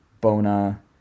Bona